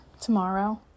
tomorrow